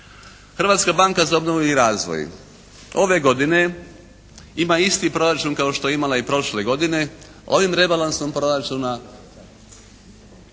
Hrvatska banka za obnovu i razvoj ove godine ima isti proračun kao što je imala i prošle godine. Ovim rebalansom proračuna